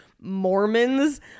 Mormons